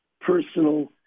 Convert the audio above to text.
personal